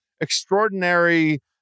extraordinary